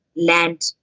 land